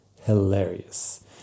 hilarious